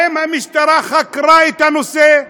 האם המשטרה חקרה את הנושא,